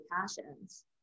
passions